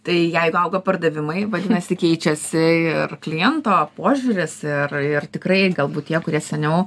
tai jeigu auga pardavimai vadinasi keičiasi ir kliento požiūris ir ir tikrai galbūt tie kurie seniau